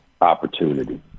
opportunity